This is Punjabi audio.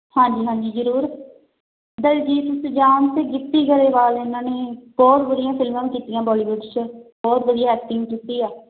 ਹਾਂਜੀ ਹਾਂਜੀ ਜ਼ਰੂਰ ਦਲਜੀਤ ਦੁਸਾਂਝ ਅਤੇ ਗਿੱਪੀ ਗਰੇਵਾਲ ਇਹਨਾਂ ਨੇ ਬਹੁਤ ਵਧੀਆ ਫਿਲਮਾਂ ਕੀਤੀਆਂ ਬੋਲੀਵੁੱਡ 'ਚ ਬਹੁਤ ਵਧੀਆ ਐਕਟਿੰਗ ਕੀਤੀ ਆ